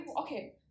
Okay